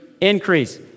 increase